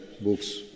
books